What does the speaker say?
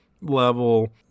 level